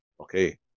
okay